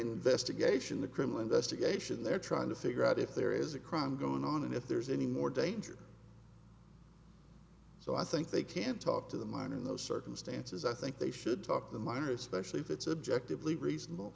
investigation the criminal investigation they're trying to figure out if there is a crime going on and if there's any more danger so i think they can talk to the mine in those circumstances i think they should talk the minor especially if it's